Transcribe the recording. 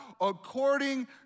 according